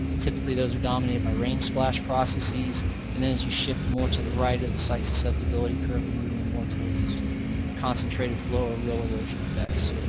typically those are dominate by rain splash processes and then as you shift more to the right of the site susceptibility curve we're moving more towards these concentrated flow or rill erosion effects.